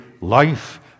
life